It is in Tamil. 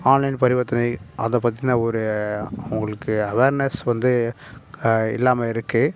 ஆன்லைன் பரிவர்த்தனை அதை பற்றின ஒரு அவங்களுக்கு அவேர்னஸ் வந்து க இல்லாமல் இருக்குது